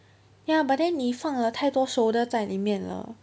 ya but then 你放了太多 shoulder 在里面了